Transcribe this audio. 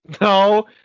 No